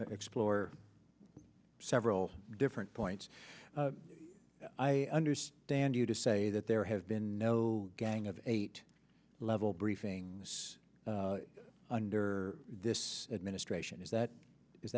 explore several different points i understand you to say that there has been no gang of eight level briefings under this administration is that is